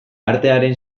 artearen